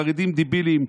חרדים דבילים".